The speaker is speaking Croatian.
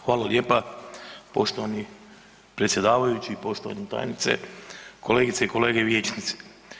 Hvala lijepa poštovani predsjedavajući, poštovana tajnice, kolegice i kolege vijećnici.